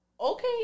okay